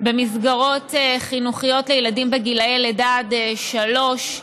במסגרות חינוכיות לילדים בגילאי לידה עד שלוש.